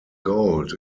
gold